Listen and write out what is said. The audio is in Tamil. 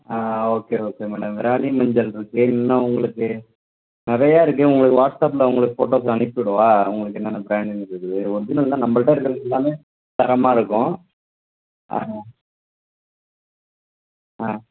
ஆ ஓகே ஓகே மேடம் விராலி மஞ்சள் இருக்குது இல்லைன்னா உங்களுக்கு நிறையா இருக்குது உங்களுக்கு வாட்ஸ்அப்பில் உங்களுக்கு ஃபோட்டோஸ் அனுப்பிவிடவா உங்களுக்கு என்னென்ன ப்ராண்ட் இருக்குதுன்னு ஒரிஜினல் தான் நம்மள்ட்ட இருக்கிறது எல்லாமே தரமாக இருக்கும் ஆ ஆ